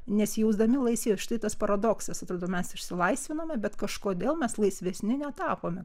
nesijausdami laisvi ir štai tas paradoksas atrodo mes išsilaisvinome bet kažkodėl mes laisvesni netapome